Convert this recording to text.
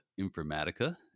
Informatica